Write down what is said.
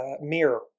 Mirror